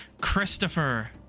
Christopher